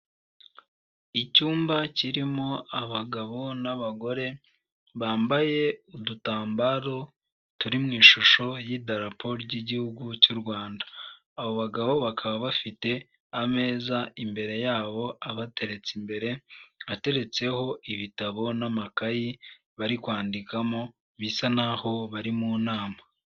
Icyumba kirimo abagabo n'abagore, bambaye udutambaro turi mu ishusho y'idarapo ry'igihugu cy'u Rwanda. Abo bagabo bakaba bafite ameza imbere yabo, abateretse imbere, ateretseho ibitabo n'amakayi bari kwandikamo, bisa n'aho bari mu nama.